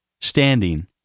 standing